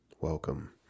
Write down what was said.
Welcome